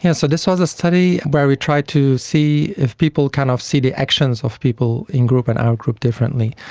yeah so this was a study where we tried to see if people kind of see the actions of people in in-groups and out-groups differently.